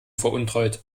veruntreut